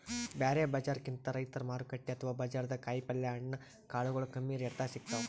ಬ್ಯಾರೆ ಬಜಾರ್ಕಿಂತ್ ರೈತರ್ ಮಾರುಕಟ್ಟೆ ಅಥವಾ ಬಜಾರ್ದಾಗ ಕಾಯಿಪಲ್ಯ ಹಣ್ಣ ಕಾಳಗೊಳು ಕಮ್ಮಿ ರೆಟೆದಾಗ್ ಸಿಗ್ತಾವ್